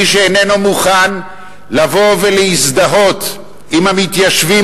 מי שאיננו מוכן לבוא ולהזדהות עם המתיישבים